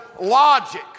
logic